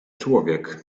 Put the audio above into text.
człowiek